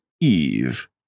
Eve